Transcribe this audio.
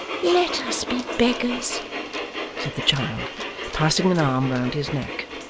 let us be beggars said the child passing an arm round his neck,